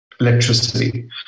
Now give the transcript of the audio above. electricity